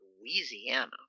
Louisiana